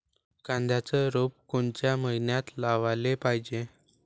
कांद्याचं रोप कोनच्या मइन्यात लावाले पायजे?